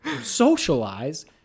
socialize